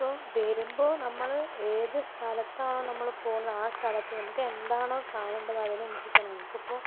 അപ്പോൾ വരുമ്പോൾ നമ്മൾ ഏത് സ്ഥലത്താണോ നമ്മൾ പോകുന്നത് ആ സ്ഥലത്ത് നമുക്ക് എന്താണോ കാണേണ്ടത് അതിനനുസരിച്ച് പോകണം നമുക്കിപ്പോൾ